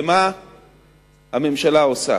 ומה הממשלה עושה,